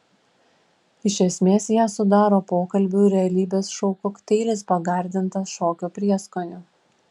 iš esmės ją sudaro pokalbių ir realybės šou kokteilis pagardintas šokio prieskoniu